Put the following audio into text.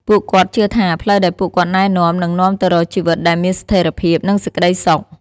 ពួកគាត់ជឿថាផ្លូវដែលពួកគាត់ណែនាំ នឹងនាំទៅរកជីវិតដែលមានស្ថិរភាព និងសេចក្តីសុខ។